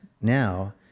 now